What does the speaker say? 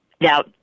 Now